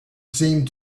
seemed